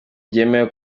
byemewe